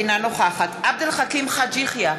אינה נוכחת עבד אל חכים חאג' יחיא,